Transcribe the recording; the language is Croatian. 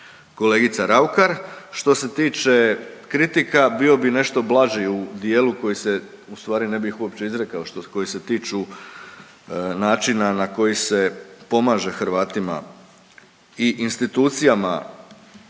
kolegica Raukar. Što se tiče kritika bio bi nešto blaži u dijelu koji se ustvari ne bi ih uopće izrekao koji se tiču načina na koji se pomaže Hrvatima i institucijama hrvatskog